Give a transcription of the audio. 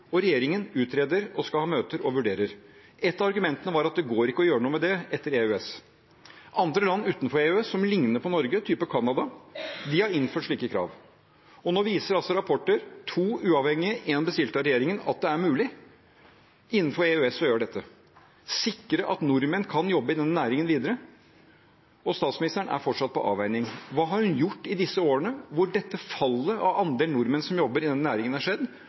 og regjeringen utreder og skal ha møter og vurderer. Ett av argumentene var at det ikke går å gjøre noe med det etter EØS. Andre land utenfor EØS, som ligner på Norge, f.eks. Canada, har innført slike krav. Nå viser rapporter, to avhengige, en bestilt av regjeringen, at det er mulig innenfor EØS å gjøre dette – sikre at nordmenn kan jobbe i denne næringen videre. Og statsministeren driver fortsatt med avveining. Hva har hun gjort i disse årene hvor dette fallet i andelen nordmenn som jobber i denne næringen, har skjedd,